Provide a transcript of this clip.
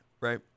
Right